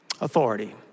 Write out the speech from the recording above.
authority